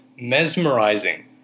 mesmerizing